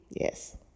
Yes